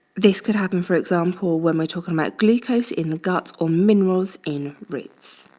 this could happen, for example, when we're talking about glucose in the guts or minerals in ribs.